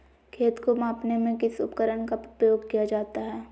खेत को मापने में किस उपकरण का उपयोग किया जाता है?